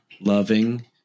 loving